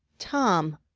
tom!